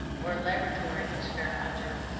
or laboratory experimenter,